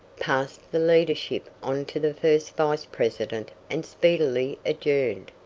passed the leadership on to the first vice-president and speedily adjourned.